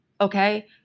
Okay